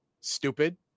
Stupid